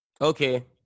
Okay